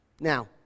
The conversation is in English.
Now